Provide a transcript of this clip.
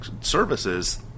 services